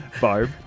Barb